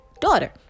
daughter